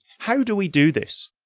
how do we do this?